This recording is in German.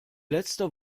letzter